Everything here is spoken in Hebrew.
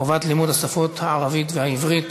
חובת לימוד השפות הערבית והעברית),